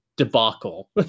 debacle